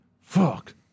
fuck